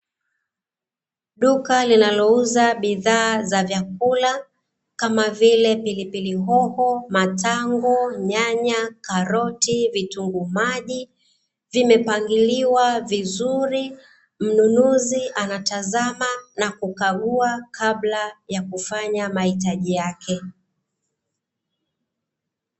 Duka linalouza bidhaa za vyakula, kama vile pilipili hoho, matango, nyanya, karoti, vitunguu maji, vimepangiliwa vizuri. Mnunuzi anatazama na kukagua kabla ya kufanya mahitaji yake.